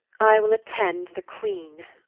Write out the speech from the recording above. i will attend the queen.